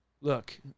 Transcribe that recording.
look